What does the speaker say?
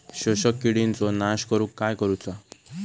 शोषक किडींचो नाश करूक काय करुचा?